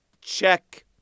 Check